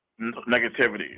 negativity